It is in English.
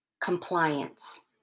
compliance